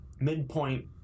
midpoint